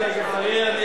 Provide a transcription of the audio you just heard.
חבר הכנסת אריאל,